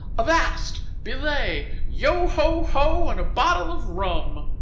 avast! belay! yo, ho, ho, and a bottle of rum.